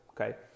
okay